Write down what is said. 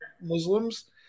Muslims